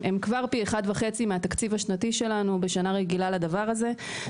כבר פי 1.5 מהתקציב השנתי שלנו בשנה רגילה לדבר הזה.